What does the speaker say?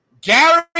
Gary